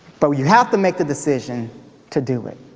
but you have to make the decision to do it.